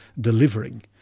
delivering